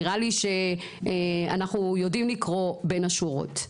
נראה לי שאנחנו יודעים לקרוא בין השורות,